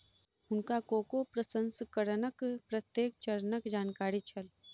हुनका कोको प्रसंस्करणक प्रत्येक चरणक जानकारी छल